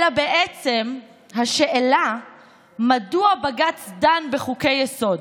אלא בעצם השאלה מדוע בג"ץ דן בחוקי-היסוד.